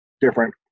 different